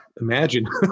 Imagine